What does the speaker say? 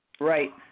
Right